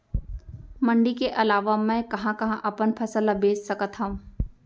मण्डी के अलावा मैं कहाँ कहाँ अपन फसल ला बेच सकत हँव?